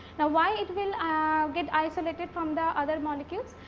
now, why it will ah get isolated from the other molecules?